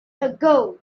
ago